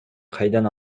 кайдан